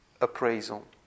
appraisal